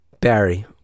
Barry